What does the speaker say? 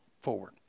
forward